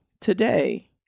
Today